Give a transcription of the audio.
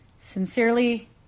Sincerely